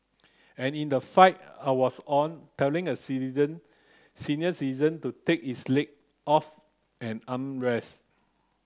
and in the flight I was on telling a senior citizen to take his leg off an armrest